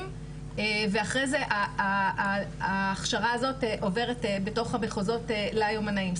ואחרי זה ההכשרה הזאת עוברת בתוך המחוזות ליומנאים,